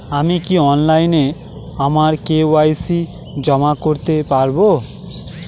আমি কি অনলাইন আমার কে.ওয়াই.সি জমা করতে পারব?